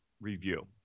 review